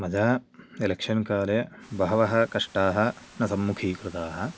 मया एलेक्शन्काले बहवः कष्टाः न सम्मुखीकृताः